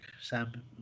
Sam